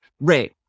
Ray